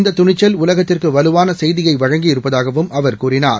இந்ததுணிச்சல் உலகத்திற்குவலுவானசெய்தியைவழங்கி இருப்பதாகவும் அவர் கூறினார்